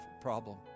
problem